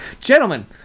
Gentlemen